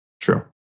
True